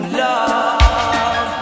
love